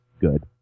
good